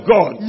God